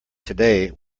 today